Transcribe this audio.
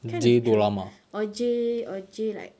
kind of true or J or J like